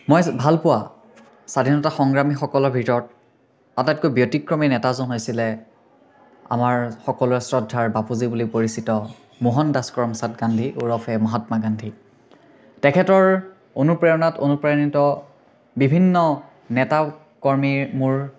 মই ভালপোৱা স্বাধীনতা সংগ্ৰামীসকলৰ ভিতৰত আটাইতকৈ ব্যতিক্ৰমী নেতাজন হৈছিলে আমাৰ সমলোৰে শ্ৰদ্ধাৰ বাপুজী বুলি পৰিচিত মোহন দাস কৰমচাদ গান্ধী ওৰফে মহাত্মা গান্ধী তেখেতৰ অনুপ্ৰেৰণাত অনুপ্ৰাণিত বিভিন্ন নেতা কৰ্মীৰ মোৰ